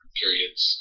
periods